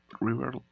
river